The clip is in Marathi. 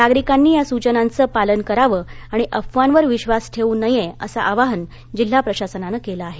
नागरिकांनी या सुचनांचं पालन करावं आणि अफवांवर विश्वास ठेवू नये असं आवाहन जिल्हा प्रशासनानं केलं आहे